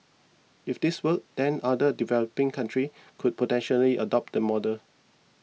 if this works then other developing countries could potentially adopt the model